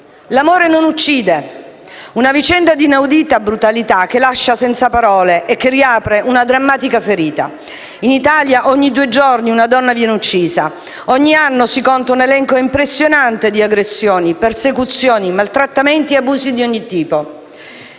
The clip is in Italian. L'amore non uccide. Una vicenda di inaudita brutalità che lascia senza parole e che riapre una drammatica ferita. In Italia, ogni due giorni, una donna viene uccisa. Ogni anno si conta un elenco impressionante di aggressioni, persecuzioni, maltrattamenti e abusi di ogni tipo.